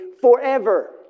forever